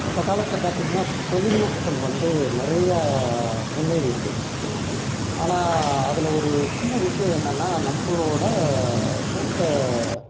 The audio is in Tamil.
இந்த காலத்தில் பார்த்திங்கன்னா தொழில்நுட்பம் வந்து நிறைய முன்னேறியிருக்கு ஆனால் அதில் ஒரு சின்ன விஷயம் என்னன்னால் நம்மளோடய மூத்த